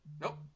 Nope